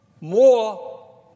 more